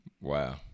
Wow